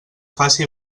faci